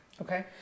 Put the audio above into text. Okay